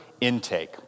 intake